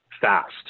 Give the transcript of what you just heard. fast